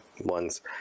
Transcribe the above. ones